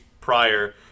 prior